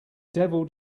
devil